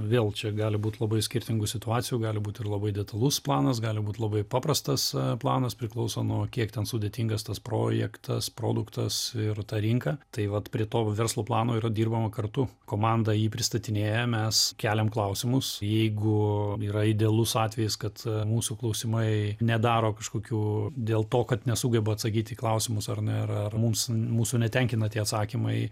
vėl čia gali būt labai skirtingų situacijų gali būti ir labai detalus planas gali būt labai paprastas planas priklauso nuo kiek ten sudėtingas tas projektas produktas ir ta rinka tai vat prie to verslo plano yra dirbama kartu komanda jį pristatinėja mes keliam klausimus jeigu yra idealus atvejis kad mūsų klausimai nedaro kažkokių dėl to kad nesugeba atsakyt į klausimus ar nėra ar mums mūsų netenkina tie atsakymai